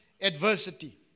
adversity